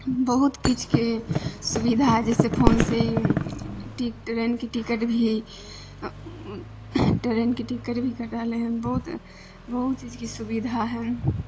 बहुत किछुके सुविधा जैसे फोनसँ टि ट्रेनके टिकट भी ट्रेनके टिकट भी कटा लै हइ मतलब बहुत बहुत चीजके सुविधा हइ